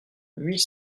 huit